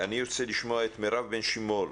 מירב בן שימול,